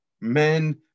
men